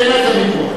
אין על זה ויכוח.